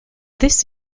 this